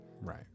Right